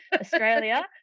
Australia